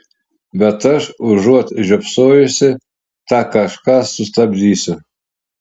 bet aš užuot žiopsojusi tą kažką sustabdysiu